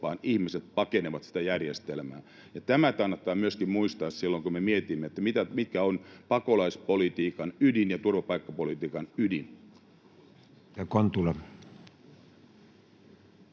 — ihmiset pakenevat sitä järjestelmää. Tämä kannattaa myöskin muistaa silloin kun mietimme, mikä on pakolaispolitiikan ydin ja turvapaikkapolitiikan ydin.